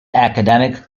academic